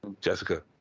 Jessica